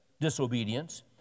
disobedience